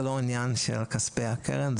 זה לא עניין של כספי הקרן,